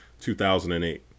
2008